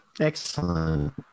Excellent